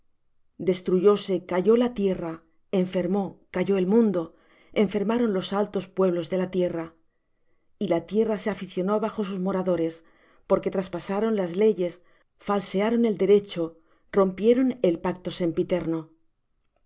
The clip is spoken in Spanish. palabra destruyóse cayó la tierra enfermó cayó el mundo enfermaron los altos pueblos de la tierra y la tierra se inficionó bajo sus moradores porque traspasaron las leyes falsearon el derecho rompieron el pacto sempiterno